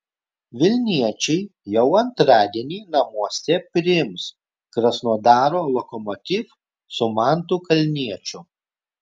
vilniečiai jau antradienį namuose priims krasnodaro lokomotiv su mantu kalniečiu